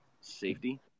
safety